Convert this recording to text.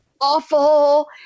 awful